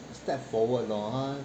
step forward lor 他